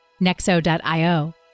Nexo.io